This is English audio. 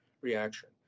reaction